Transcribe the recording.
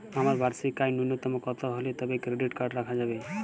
আমার বার্ষিক আয় ন্যুনতম কত হলে তবেই ক্রেডিট কার্ড রাখা যাবে?